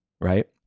right